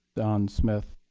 don smith.